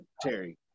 Terry